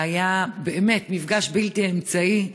זה היה באמת מפגש בלתי אמצעי,